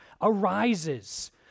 arises